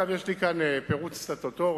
אגב, יש לי כאן פירוט סטטוטורי,